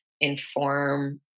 inform